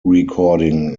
recording